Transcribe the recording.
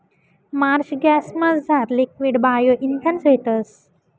Marsh गॅसमझार liquid bio इंधन भेटस